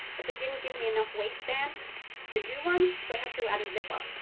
but they didn't give me enough waistband to do one, so i had to add a zipper.